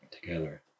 together